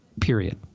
Period